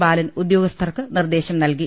ബാലൻ ഉദ്യോഗസ്ഥർക്ക് നിർദ്ദേശം നൽകി